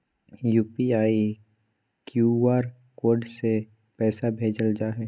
UPI, QR code से पैसा भेजल जा हइ